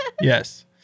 yes